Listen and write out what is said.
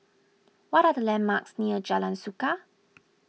what are the landmarks near Jalan Suka